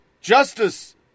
justice